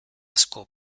asko